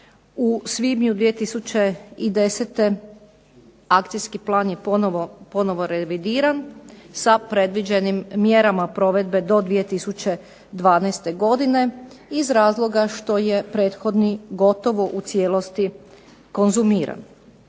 u svibnju 2010. akcijski plan je ponovo revidiran sa predviđenim mjerama provedbe do 2012. godine, iz razloga što je prethodni gotovo u cijelosti konzumiran.